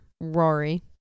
Rory